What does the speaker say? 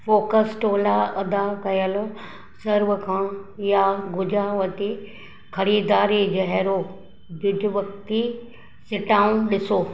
focus टोला अदा कयलु सर्वखाउन या गुझाहवती ख़रीदारी जहिड़ो जुजवक़्ली सिटाऊं डि॒सो